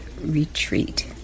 retreat